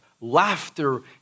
laughter